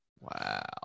Wow